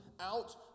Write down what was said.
out